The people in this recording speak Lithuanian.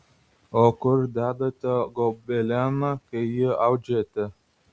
o kur dedate gobeleną kai jį audžiate